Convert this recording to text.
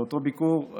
באותו ביקור,